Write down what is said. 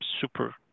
super